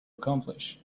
accomplish